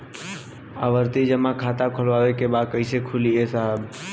आवर्ती जमा खाता खोलवावे के बा कईसे खुली ए साहब?